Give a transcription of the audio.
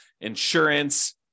insurance